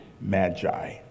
magi